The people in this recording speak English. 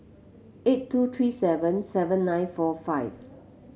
eight two three seven seven nine four five